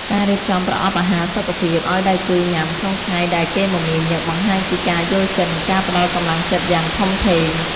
ការរៀបចំប្រអប់អាហារសុខភាពឱ្យដៃគូញ៉ាំក្នុងថ្ងៃដែលគេមមាញឹក បង្ហាញពីការយល់ចិត្ត និងការផ្ដល់កម្លាំងចិត្តយ៉ាងធំធេង។